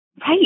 Right